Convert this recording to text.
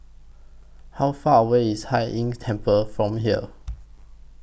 How Far away IS Hai Inn Temple from here